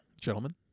gentlemen